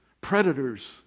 predators